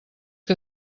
que